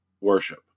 worship